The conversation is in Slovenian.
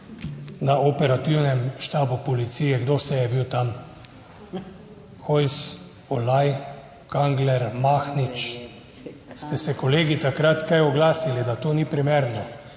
Na operativnem štabu policije, kdo vse je bil tam? Hojs, Olaj, Kangler, Mahnič. Ste se kolegi takrat kaj oglasili, da to ni primerno,